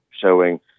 showing